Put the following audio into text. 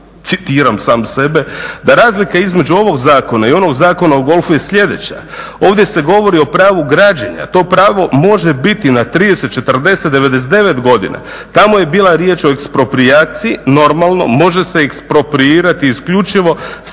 citiram sam sebe da razlika između ovog zakona i onog Zakona o golfu je sljedeća. Ovdje se govori o pravu građenja. To pravo može biti na 30, 40, 99 godina. Tamo je bila riječ o eksproprijaciji. Normalno, može se ekspropriirati isključivo samo